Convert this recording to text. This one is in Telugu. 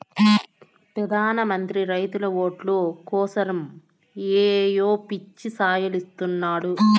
పెదాన మంత్రి రైతుల ఓట్లు కోసరమ్ ఏయో పిచ్చి సాయలిస్తున్నాడు